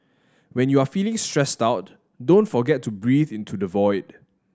when you are feeling stressed out don't forget to breathe into the void